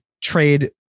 trade